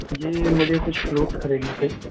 जी मुझे कुछ फ्रूट खरीदने थे